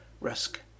risk